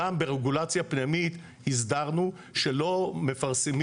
גם ברגולציה פנימית הסדרנו שלא מפרסמים